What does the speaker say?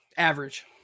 Average